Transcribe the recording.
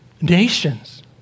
nations